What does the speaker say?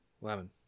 Lemon